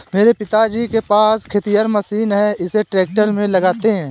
मेरे पिताजी के पास खेतिहर मशीन है इसे ट्रैक्टर में लगाते है